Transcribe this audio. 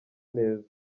neza